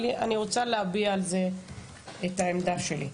אבל אני רוצה להביע על זה את העמדה שלי.